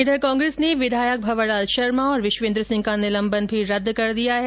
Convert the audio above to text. इधर कांग्रेस ने विधायंक भंवरलाल शर्मा और विश्वेन्द्र सिंह का निलंबन भी रद्द कर दिया है